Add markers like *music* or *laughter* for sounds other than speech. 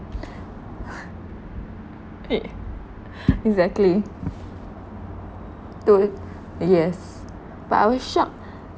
*laughs* e~ *laughs* exactly to yes but I was shocked